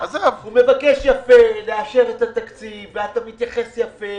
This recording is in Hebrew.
הוא מבקש יפה לאשר את התקציב ואתה מתייחס יפה,